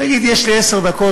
תגיד: יש לי עשר דקות,